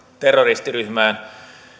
terroristiryhmään